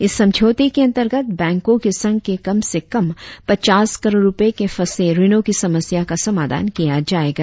इस समझौते के अंतर्गत बैंकों के संघ के कम से कम पचास करोड़ रुपए के फंसे ऋणों की समस्या का समाधान किया जाएगा